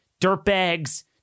dirtbags